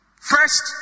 first